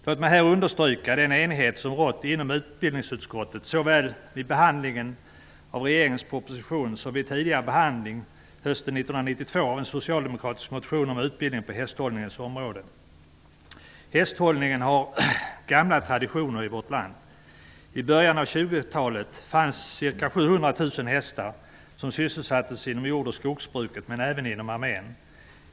Låt mig här understryka den enighet som rått i utbildningsutskottet, såväl vid behandlingen av regeringens proposition som vid tidigare behandling hösten 1992 av en socialdemokratisk motion om utbildningen på hästhållningens område. Hästhållningen har gamla traditioner i vårt land. I början av 1920-talet fanns det ca 700 000 hästar som sysselsattes i jord och skogsbruket men även i armén.